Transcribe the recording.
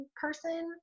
person